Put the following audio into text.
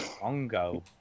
Bongo